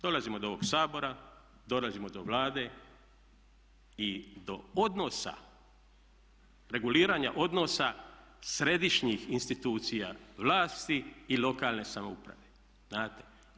Dolazimo do ovog Sabora, dolazimo do Vlade i do odnosa, reguliranja odnosa središnjih institucija vlasti i lokalne samouprave, znate.